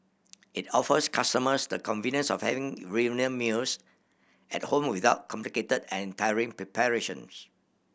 it offers customers the convenience of having reunion meals at home without complicated and tiring preparations